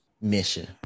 mission